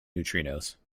neutrinos